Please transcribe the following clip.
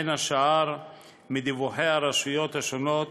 בין השאר מדיווחי הרשויות השונות,